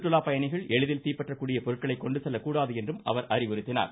சுற்றுலாப் பயணிகள் எளிதில் தீப்பற்றக்கூடிய பொருட்களை கொண்டு செல்லக்கூடாது என்றும் அவர் அறிவுறுத்தினார்